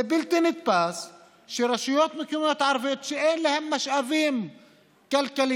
זה בלתי נתפס שרשויות מקומיות ערביות שאין להן משאבים כלכליים,